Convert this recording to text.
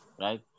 right